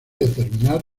determinar